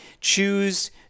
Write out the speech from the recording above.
choose